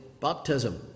baptism